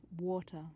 water